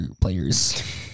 Players